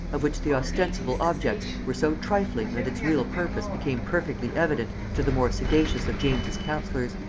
of which the ostensible objects were so trifling that its real purpose became perfectly evident to the more sagacious of james's counsellors.